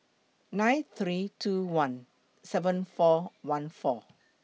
nine three two one seven four one four